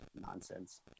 Nonsense